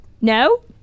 No